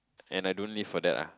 and I don't live for that ah